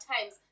times